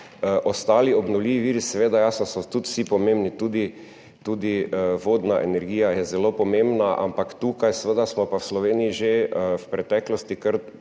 Ostali obnovljivi viri, jasno, so tudi vsi pomembni, tudi vodna energija je zelo pomembna, ampak tukaj seveda smo pa v Sloveniji že v preteklosti